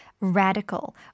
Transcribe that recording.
radical